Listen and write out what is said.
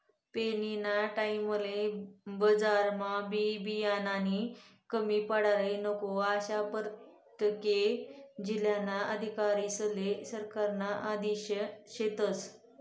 पेरनीना टाईमले बजारमा बी बियानानी कमी पडाले नको, आशा परतेक जिल्हाना अधिकारीस्ले सरकारना आदेश शेतस